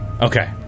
Okay